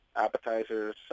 appetizers